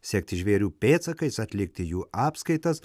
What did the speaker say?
sekti žvėrių pėdsakais atlikti jų apskaitas